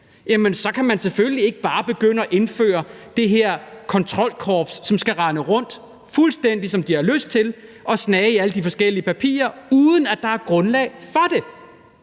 kan man selvfølgelig ikke bare begynde at indføre det her kontrolkorps, som skal rende rundt, fuldstændig som de har lyst til, og snage i alle de forskellige papirer, uden at der er grundlag for det.